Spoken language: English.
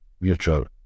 mutual